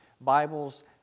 Bibles